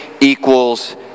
equals